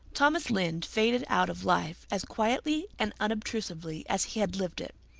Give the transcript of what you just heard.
thomas lynde faded out of life as quietly and unobtrusively as he had lived it.